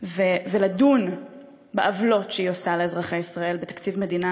ולדון בעוולות שהיא עושה לאזרחי ישראל בתקציב מדינה